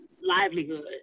livelihood